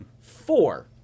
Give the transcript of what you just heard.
Four